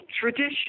tradition